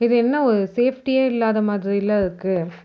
இது என்ன சேஃப்டியே இல்லாத மாதிரியில்ல இருக்குது